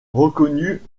reconnue